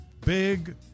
big